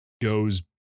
goes